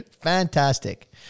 Fantastic